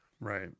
Right